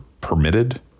permitted